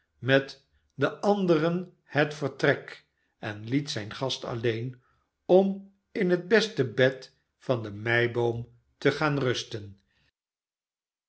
met de anderen het vertrek en liet zijn gast alleen om in het beste bed van de meiboom te gaan rusten